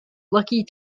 lucky